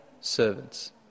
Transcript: servants